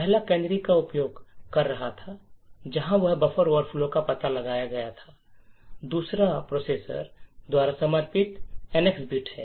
पहला कैनरी का उपयोग कर रहा था जहां बफर ओवरफ्लो का पता लगाया गया था दूसरा प्रोसेसर द्वारा समर्थित एनएक्स बिट है